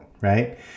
right